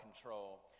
control